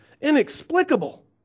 Inexplicable